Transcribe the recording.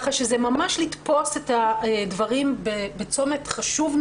זה ממש לתפוס את הדברים בצומת חשוב,